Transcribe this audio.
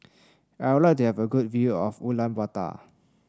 I would like to have a good view of Ulaanbaatar